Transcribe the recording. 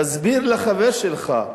תסביר לחבר שלך,